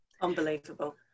Unbelievable